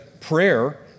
prayer